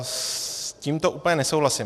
S tímto úplně nesouhlasím.